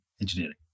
engineering